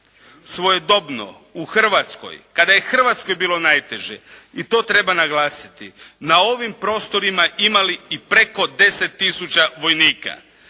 svojedobno u Hrvatskoj kada je hrvatskoj bilo najteže, i to treba naglasiti, na ovim prostorima imali i preko 10 tisuća vojnika.